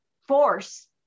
force